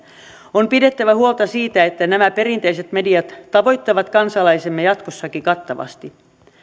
on pidettävä huolta siitä että nämä perinteiset mediat tavoittavat kansalaisemme jatkossakin kattavasti